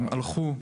הם הלכו,